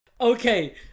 Okay